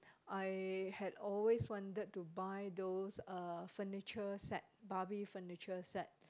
I had always wanted to buy those uh furniture set Barbie furniture set